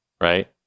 right